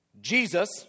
Jesus